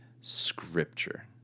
scripture